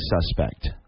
suspect